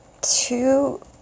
two